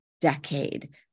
decade